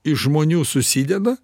iš žmonių susideda